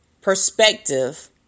perspective